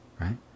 right